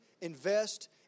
invest